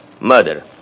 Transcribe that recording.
Murder